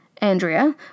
Andrea